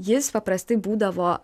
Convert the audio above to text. jis paprastai būdavo